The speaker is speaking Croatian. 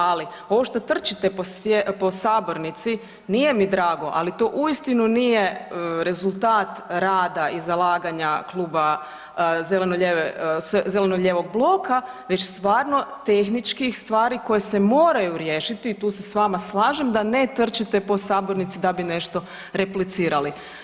Ali ovo što trčite po sabornici nije mi drago, ali to uistinu nije rezultat rada i zalaganja Kluba zeleno-lijeve, zeleno-lijevog bloka već stvarno tehničkih stvari koje se moraju riješiti i tu se s vama slažem, da ne trčite po sabornici da bi nešto replicirali.